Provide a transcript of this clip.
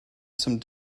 some